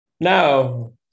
No